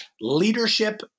leadership